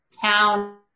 town